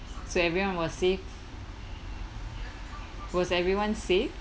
so everyone was safe was everyone safe